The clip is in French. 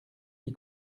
qui